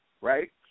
right